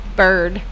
bird